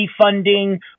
defunding